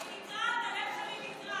אני נקרעת, הלב שלי נקרע.